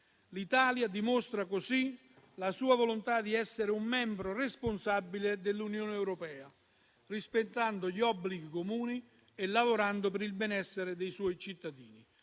L'Italia dimostra così la sua volontà di essere un membro responsabile dell'Unione europea, rispettando gli obblighi comuni e lavorando per il benessere dei suoi cittadini.